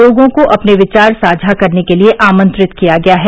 लोगों को अपने विचार साझा करने के लिए आमंत्रित किया गया है